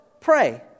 pray